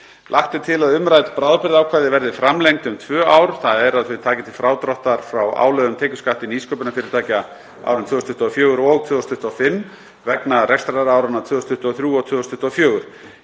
Lagt er til að umrædd bráðabirgðaákvæði verði framlengd um tvö ár, þ.e. að þau taki til frádráttar frá álögðum tekjuskatti nýsköpunarfyrirtækja árin 2024 og 2025 vegna rekstraráranna 2023 og 2024.